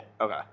Okay